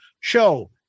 show